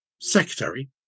secretary